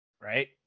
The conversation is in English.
right